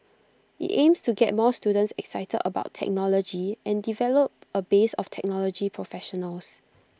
IT aims to get more students excited about technology and develop A base of technology professionals